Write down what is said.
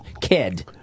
kid